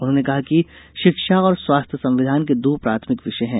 उन्होंने कहा कि शिक्षा और स्वास्थ्य संविधान के दो प्राथमिक विषय हैं